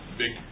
big